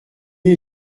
est